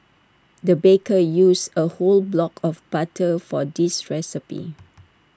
the baker used A whole block of butter for this recipe